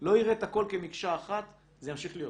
לא יראה את הכול כמקשה אחת, זה ימשיך להיות